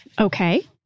Okay